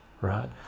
Right